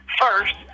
First